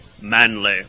manly